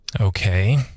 Okay